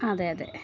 അതെയതെ